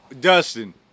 Dustin